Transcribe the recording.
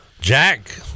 Jack